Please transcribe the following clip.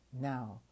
Now